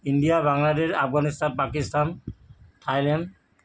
India Bangladesh Afghanistan Pakistan Thailand